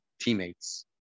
teammates